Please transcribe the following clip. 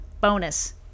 Bonus